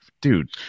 Dude